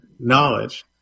knowledge